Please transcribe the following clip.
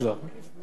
באורח מפתיע.